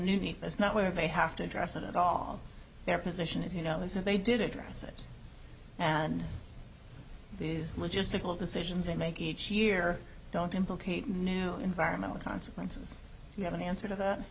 new need that's not where they have to address it at all their position is you know this and they did address it and these logistical decisions they make each year don't implicate no environmental consequences you have an answer to that